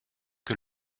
que